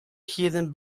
hidden